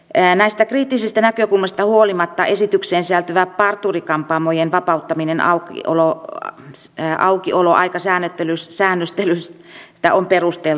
näistä kriittisistä näkökulmista huolimatta esitykseen sisältyvä parturi kampaamojen vapauttaminen aukioloaikasäännöstelystä on perusteltua